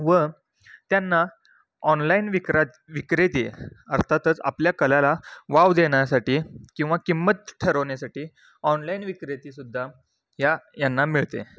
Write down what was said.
व त्यांना ऑनलाईन विक्रात विक्रेते अर्थातच आपल्या कलेला वाव देण्यासाठी किंवा किंमत ठरवण्यासाठी ऑनलाईन विक्रेतेसुद्धा या यांना मिळते